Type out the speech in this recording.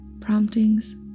promptings